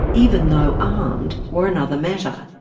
even though armed, were another matter.